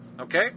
Okay